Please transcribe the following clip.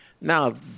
Now